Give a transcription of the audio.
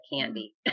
candy